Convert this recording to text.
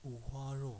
五花肉